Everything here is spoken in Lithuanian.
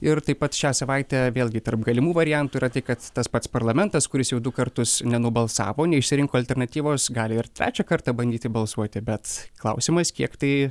ir taip pat šią savaitę vėlgi tarp galimų variantų yra tai kad tas pats parlamentas kuris jau du kartus nenubalsavo neišsirinko alternatyvos gali ir trečią kartą bandyti balsuoti bet klausimas kiek tai